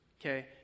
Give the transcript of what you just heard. Okay